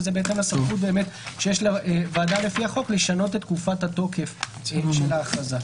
וזה בהתאם לסמכות שיש לוועדה לפי החוק לשנות את תקופת התוקף של ההכרזה.